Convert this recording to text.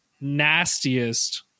nastiest